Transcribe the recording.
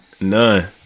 None